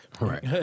right